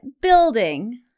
building